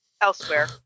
elsewhere